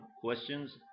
questions